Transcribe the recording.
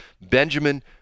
Benjamin